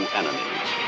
enemies